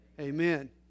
Amen